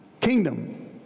kingdom